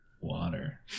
Water